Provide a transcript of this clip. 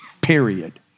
period